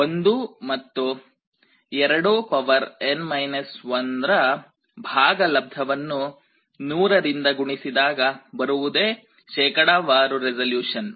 1 ಮತ್ತು 2N - 1 ರ ಭಾಗಲಬ್ಧವನ್ನು 100 ರಿಂದ ಗುಣಿಸಿದಾಗ ಬರುವುದೇ ಶೇಕಡಾವಾರು ರೆಸೊಲ್ಯೂಷನ್